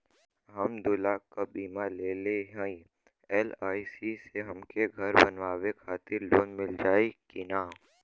हम दूलाख क बीमा लेले हई एल.आई.सी से हमके घर बनवावे खातिर लोन मिल जाई कि ना?